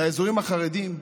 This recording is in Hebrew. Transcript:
לאזורים החרדיים,